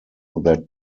that